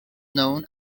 known